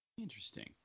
Interesting